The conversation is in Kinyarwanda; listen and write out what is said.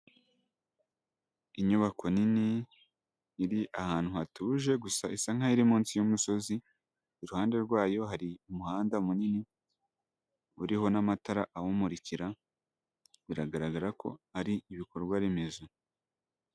Inyubako nini iri ahantu hatuje gusa isa nk'aho iri munsi yumusozi, iruhande rwayo hari umuhanda munini uriho n'amatara ahumurikira, biragaragara ko ari ibikorwa remezo.